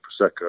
Prosecco